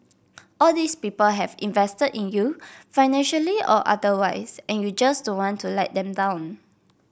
all these people have invested in you financially or otherwise and you just don't want to let them down